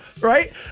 right